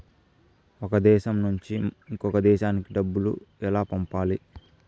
ఒక దేశం నుంచి ఇంకొక దేశానికి డబ్బులు ఎలా పంపాలి?